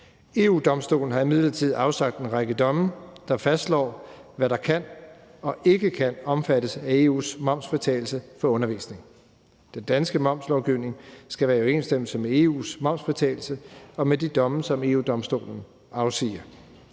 EU-Domstolen har imidlertid afsagt en række domme, der fastslår, hvad der kan og ikke kan omfattes af EU's momsfritagelse for undervisning. Den danske momslovgivning skal være i overensstemmelse med EU's momsfritagelse og med de domme, som EU-Domstolen afsiger.